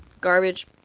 garbage